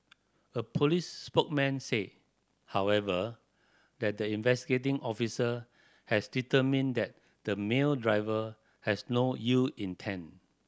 a police spokesman said however that the investigating officer has determined that the male driver has no ill intent